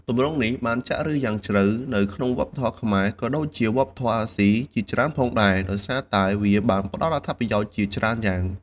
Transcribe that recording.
ទម្រង់នេះបានចាក់ឫសយ៉ាងជ្រៅនៅក្នុងវប្បធម៌ខ្មែរ ក៏ដូចជាវប្បធម៌អាស៊ីជាច្រើនផងដែរ ដោយសារតែវាបានផ្តល់អត្ថប្រយោជន៍ជាច្រើនយ៉ាង។